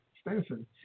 Stenson